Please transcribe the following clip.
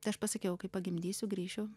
tai aš pasakiau kai pagimdysiu grįšiu